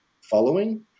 following